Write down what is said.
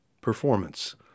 performance